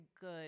good